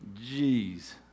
jeez